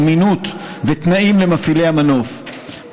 אמינות ותנאים למפעילי המנוף,